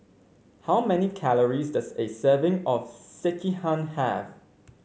how many calories does a serving of Sekihan have